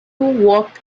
walked